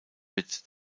wird